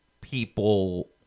people